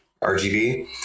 RGB